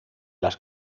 las